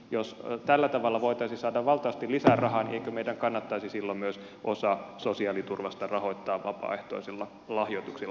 jos tällä tavalla voitaisiin saada valtavasti lisää rahaa niin eikö meidän kannattaisi silloin myös osa sosiaaliturvasta rahoittaa vapaaehtoisilla lahjoituksilla